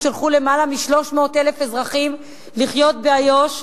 שלחו למעלה מ-300,000 אזרחים לחיות באיו"ש,